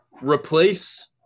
Replace